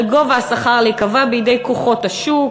על גובה השכר להיקבע בידי כוחות השוק,